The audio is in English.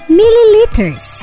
milliliters